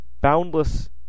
boundless